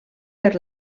per